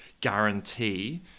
guarantee